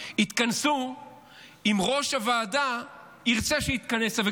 יתכנסו אם ראש הוועדה ירצה שיתכנסו,